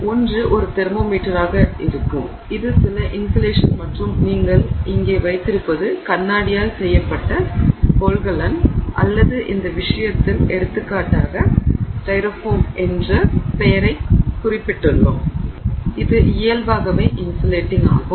எனவே ஒன்று ஒரு தெர்மோமீட்டராக இருக்கும் எனவே இது சில இன்சுலேஷன் மற்றும் நீங்கள் இங்கே வைத்திருப்பது கண்ணாடியால் செய்யப்பட்ட கொள்கலன் அல்லது இந்த விஷயத்தில் எடுத்துக்காட்டாக ஸ்டைரோஃபோம் என்ற பெயரைக் குறிப்பிட்டுள்ளோம் இது இயல்பாகவே இன்சுலேடிங் ஆகும்